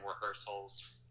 rehearsals